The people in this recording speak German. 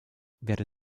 wäre